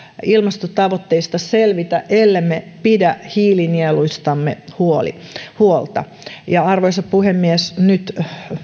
ilmastotavoitteista selvitä ellemme pidä hiilinieluistamme huolta arvoisa puhemies nyt